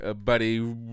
buddy